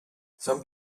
some